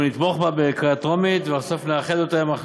אנחנו נתמוך בה בקריאה טרומית ובסוף נאחד אותה עם הצעת,